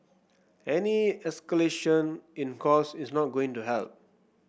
any escalation in cost is not going to help